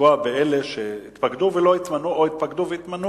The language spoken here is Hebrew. ולפגוע באלה שהתפקדו ולא התמנו או התפקדו והתמנו.